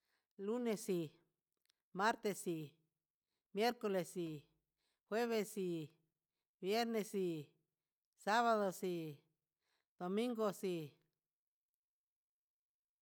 Lunexi, martexi, miercolexi, juevexi, viernexi, sabadoxi, domingoxi.